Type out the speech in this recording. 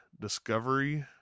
discovery